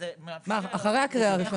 גברתי היו"ר,